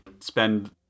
spend